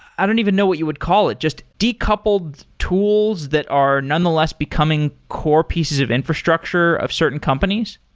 i don't even know what you would call it. just decoupled tools that are nonetheless becoming core pieces of infrastructure of certain companies?